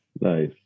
nice